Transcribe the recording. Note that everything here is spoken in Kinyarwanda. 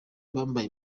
bambaye